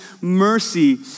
mercy